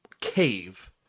cave